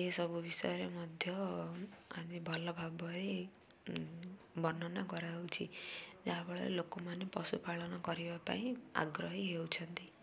ଏହିସବୁ ବିଷୟରେ ମଧ୍ୟ ଆଜିି ଭଲ ଭାବରେ ବର୍ଣ୍ଣନା କରହେଉଛି ଯାହାଫଳରେ ଲୋକମାନେ ପଶୁପାଳନ କରିବା ପାଇଁ ଆଗ୍ରହୀ ହେଉଛନ୍ତି